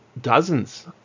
dozens